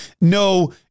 no